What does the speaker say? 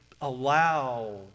allow